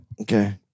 Okay